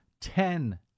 ten